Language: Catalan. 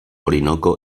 orinoco